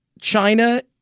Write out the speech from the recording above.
China